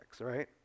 right